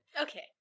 Okay